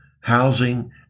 housing